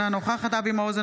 אינה נוכחת אבי מעוז,